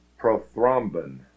Prothrombin